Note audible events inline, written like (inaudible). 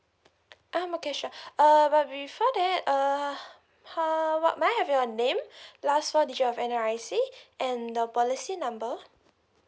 um okay sure err but before that err ha what may I have your name (breath) last four digit of N_R_I_C and the policy number